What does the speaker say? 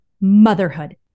motherhood